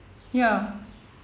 ya